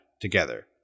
together